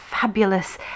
fabulous